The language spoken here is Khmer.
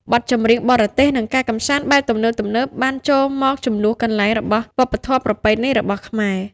បទចម្រៀងបរទេសនិងការកម្សាន្តបែបទំនើបៗបានចូលមកជំនួសកន្លែងរបស់វប្បធម៌ប្រពៃណីរបស់ខ្មែរ។